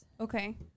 Okay